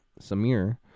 Samir